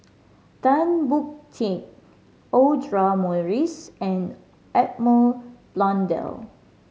Tan Boon Teik Audra Morrice and Edmund Blundell